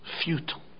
futile